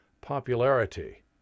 popularity